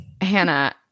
hannah